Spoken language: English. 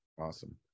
Awesome